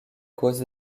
cause